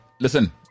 listen